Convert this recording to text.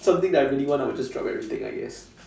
something that I really want I will just drop everything I guess